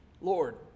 Lord